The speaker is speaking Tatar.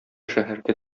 шәһәргә